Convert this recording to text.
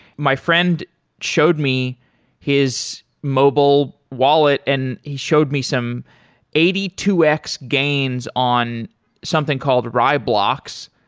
my friend showed me his mobile wallet and he showed me some eighty two x gains on something called raiblocks.